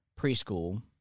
preschool